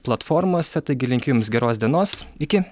platformose taigi linkiu jums geros dienos iki